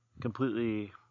completely